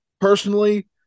personally